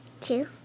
Two